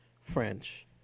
French